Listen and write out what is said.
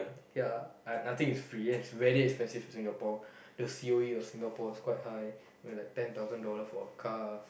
K lah like nothing is free in Singapore it's very expensive in Singapore the C_O_E of Singapore is quite high I mean like ten thousand dollar for a car